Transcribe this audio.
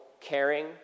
caring